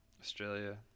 Australia